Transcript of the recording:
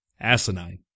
asinine